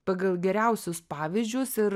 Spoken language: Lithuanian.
pagal geriausius pavyzdžius ir